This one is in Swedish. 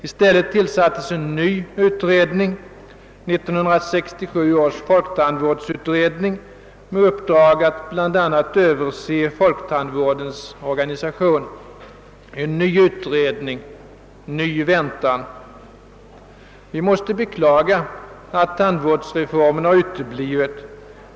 I stället tillsattes en ny utredning, 1967 års folktandvårdsutredning, med uppdrag att bl.a. överse folktandvårdens organisation. En ny utredning, ny väntan ... Vi måste beklaga att tandvårdsreformen har uteblivit.